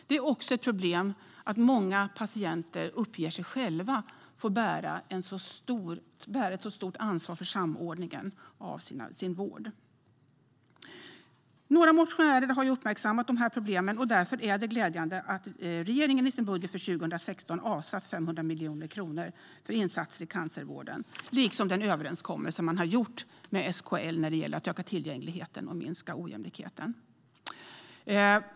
Det är också ett problem att många patienter uppger att de själva får bära stort ansvar för samordningen av sin vård. Några motionärer har uppmärksammat de här problemen. Därför är det glädjande att regeringen i sin budget för 2016 har avsatt 500 miljoner kronor för insatser inom cancervården, liksom den överenskommelse som man har gjort med SKL om att öka tillgängligheten och minska ojämlikheten.